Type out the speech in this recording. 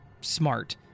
smart